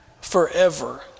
forever